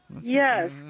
Yes